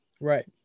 right